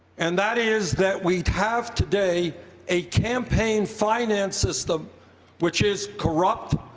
and that is that we have today a campaign finance system which is corrupt,